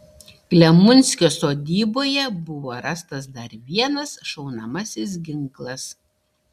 klemunskio sodyboje buvo rastas dar vienas šaunamasis ginklas